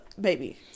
baby